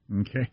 Okay